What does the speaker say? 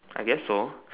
I guess so